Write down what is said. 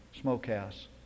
smokehouse